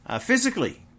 Physically